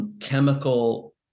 Chemical